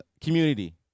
community